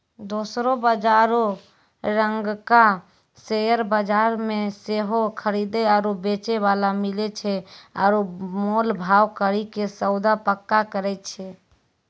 दोसरो बजारो रंगका शेयर बजार मे सेहो खरीदे आरु बेचै बाला मिलै छै आरु मोल भाव करि के सौदा पक्का करै छै